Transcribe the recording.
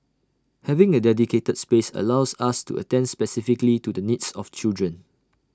having A dedicated space allows us to attend specifically to the needs of children